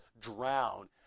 drown